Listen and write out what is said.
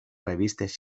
revistes